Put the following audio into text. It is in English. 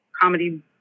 comedy